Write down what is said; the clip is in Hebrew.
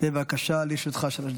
דקות.